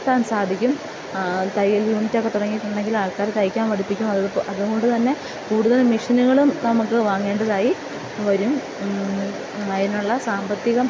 ത്താൻ സാധിക്കും തയ്യൽ യൂണിറ്റൊക്കെ തുടങ്ങിയിട്ടുണ്ടെങ്കിൽ ആൾക്കാരെ തയ്ക്കാൻ പഠിപ്പിക്കും അത് അത്കൊണ്ട്തന്നെ കൂടുതൽ മിഷിന്കളും നമുക്ക് വാങ്ങേണ്ടതായിവരും അതിനുള്ള സാമ്പത്തികം